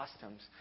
customs